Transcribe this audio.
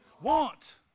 want